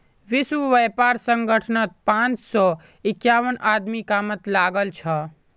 विश्व व्यापार संगठनत पांच सौ इक्यावन आदमी कामत लागल छ